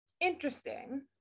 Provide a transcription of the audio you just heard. Interesting